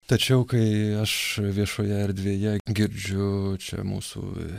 tačiau kai aš viešoje erdvėje girdžiu čia mūsų